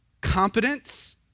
competence